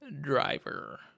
driver